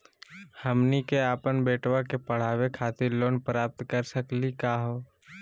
हमनी के अपन बेटवा क पढावे खातिर लोन प्राप्त कर सकली का हो?